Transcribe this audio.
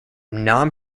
non